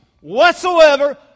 whatsoever